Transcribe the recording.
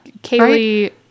Kaylee